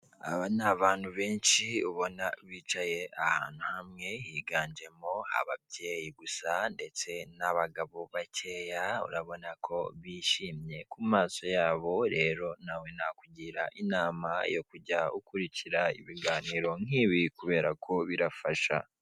aba nabantu benshi ubona bicaye ahantu hamwe higanjemo ababyeyi gusa ndetse n'abagabo bakeya urabona ko bishimye kumaso yabo, rero nawe nakugira inama yo kujya ukurikira ibiganiro nkibi kubera ko birafasha.